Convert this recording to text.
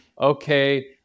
okay